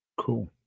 Cool